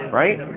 right